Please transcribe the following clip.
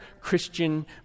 Christian